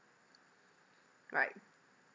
right